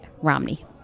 Romney